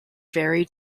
very